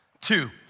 Two